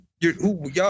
y'all